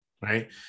right